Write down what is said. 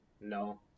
No